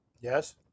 Yes